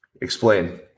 explain